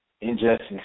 injustice